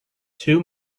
two